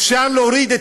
אפשר להוריד,